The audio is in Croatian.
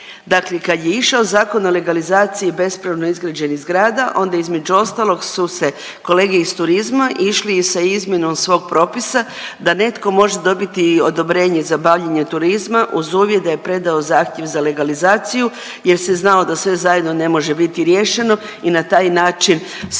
dakle kad je išao zakon o legalizaciji bespravno izgrađenih zgrada, onda je između ostalog su se kolege iz turizma išli i sa izmjenom svog propisa da netko može dobiti odobrenje za bavljenje turizma uz uvjet da je predao zahtjev za legalizaciju jer se znalo da sve zajedno ne može biti riješeno i na taj način se je